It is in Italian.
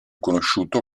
conosciuto